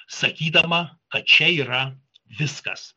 sakydama kad čia yra viskas